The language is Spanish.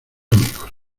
amigos